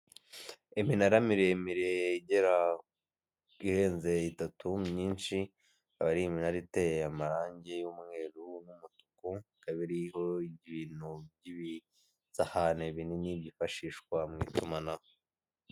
Iminara miremire igera irenze itatu myinshi, akaba ari iminara iteye amarangi y'umweru n'umutuku ikaba iriho ibintu by'ibisahane binini byifashishwa mu itumanaho.